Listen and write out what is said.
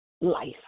life